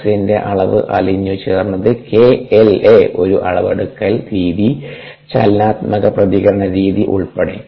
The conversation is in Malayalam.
ഓക്സിജന്റെ അളവ് അലിഞ്ഞുചേർന്നത് k la ഒരു അളവെടുക്കൽ രീതി ചലനാത്മക പ്രതികരണ രീതി ഉൾപ്പെടെ